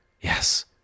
Yes